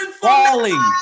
Falling